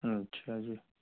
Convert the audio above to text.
अच्छा जी